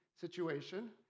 situation